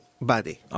body